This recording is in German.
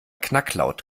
knacklaut